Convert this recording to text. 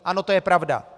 Ano, to je pravda.